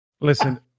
Listen